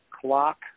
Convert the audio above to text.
clock